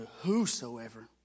whosoever